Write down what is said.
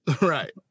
Right